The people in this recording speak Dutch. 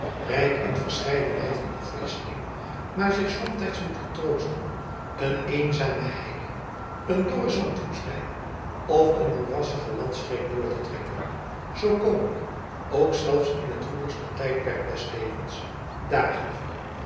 rijk in verscheidenheid en afwisseling maar zich somtijds moet getroosten een eenzame heide een dorre zandwoestijn of een moerassige landstreek door te trekken zoo komen er ook zelfs in het woeligste tijdperk des levens dagen voor